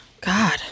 God